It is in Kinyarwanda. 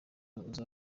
mukino